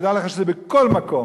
תדע לך שזה בכל מקום.